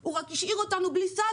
הוא רק השאיר בלי סד,